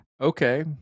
Okay